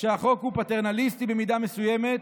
שהחוק הוא פטרנליסטי במידה מסוימת,